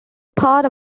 part